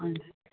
हजुर